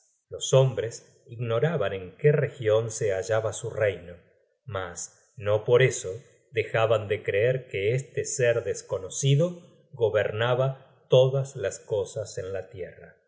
los hombres ignoraban en qué region se hallaba su reino mas no por eso dejaban de creer que este ser desconocido gobernaba todas las cosas en la tierra